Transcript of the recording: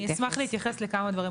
אני אשמח להתייחס לכמה דברים,